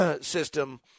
system